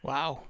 Wow